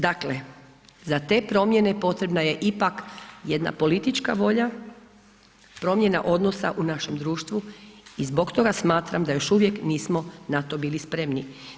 Dakle za te promjene potrebna je ipak jedna politička volja, promjena odnosa u našem društvu i zbog toga smatram da još uvijek nismo na to bili spremni.